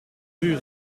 rue